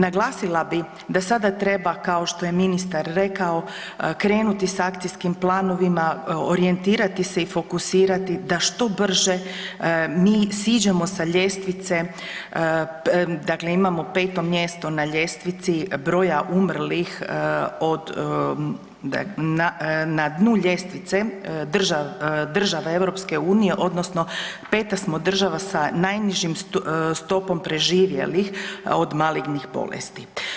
Naglasila bi da sada treba kao što je ministar rekao krenuti sa akcijskim planovima, orijentirati se i fokusirati da što brže mi siđemo sa ljestvice, dakle imamo 5. mjesto na ljestvici broja umrlih od, na, na dnu ljestvice države EU odnosno 5. smo država sa najnižim stopom preživjelih od malignih bolesti.